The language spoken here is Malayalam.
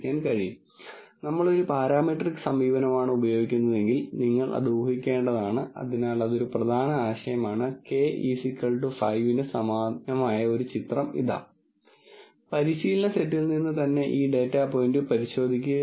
ലോകം 2 ഡി ആയിരുന്നെങ്കിൽ ഡാറ്റ അനലിറ്റിക്സ് ഇപ്പോഴും പ്രധാനമാണ് കാരണം എനിക്ക് വേരിയബിളിറ്റിയെല്ലാം വിശദീകരിക്കേണ്ടതുണ്ട് എന്നിരുന്നാലും നമുക്ക് രണ്ടിൽ കൂടുതൽ വേരിയബിളുകളോ രണ്ടിൽ കൂടുതൽ ആട്രിബ്യൂട്ടുകളോ ഉള്ള സാഹചര്യം പോലെ അത് വളരെ നിർണായകമല്ല മാത്രമല്ല ഒരാൾ പരിഹരിക്കാൻ ശ്രമിക്കുന്ന എല്ലാ പ്രോബ്ളങ്ങൾക്കും ഈ ഡാറ്റാ പ്രളയമാണ് എന്നതാണ് നിലവിലെ സ്ഥിതി